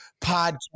podcast